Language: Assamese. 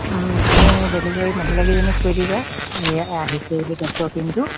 তুমি ডেলিভাৰী মহিলাকেইজনীক কৰি দিবা এই আহিছে বুলি ডাক্তৰ টিমটো